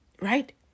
Right